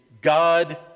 God